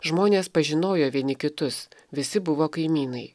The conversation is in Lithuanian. žmonės pažinojo vieni kitus visi buvo kaimynai